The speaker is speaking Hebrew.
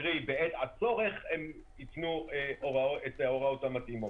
קרי, בעת הצורך הם ייתנו את ההוראות המתאימות.